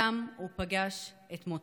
הוא יצא למרפסת ושם הוא פגש את מותו.